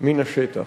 מן השטח.